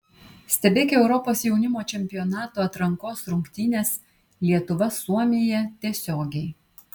stebėk europos jaunimo čempionato atrankos rungtynes lietuva suomija tiesiogiai